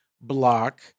block